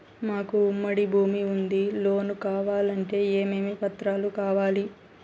మాకు ఉమ్మడి భూమి ఉంది లోను కావాలంటే ఏమేమి పత్రాలు కావాలి?